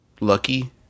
Lucky